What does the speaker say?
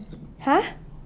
!huh!